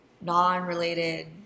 non-related